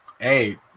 Hey